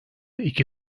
iki